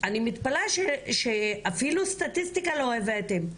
אני מתפלאת שאפילו סטטיסטיקה לא הבאתם,